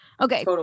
Okay